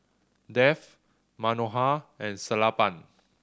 Dev Manohar and Sellapan